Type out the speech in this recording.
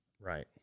Right